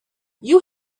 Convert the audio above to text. you